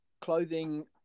clothing